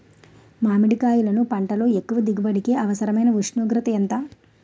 మామిడికాయలును పంటలో ఎక్కువ దిగుబడికి అవసరమైన ఉష్ణోగ్రత ఎంత?